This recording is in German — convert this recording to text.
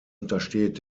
untersteht